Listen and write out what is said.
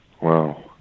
Wow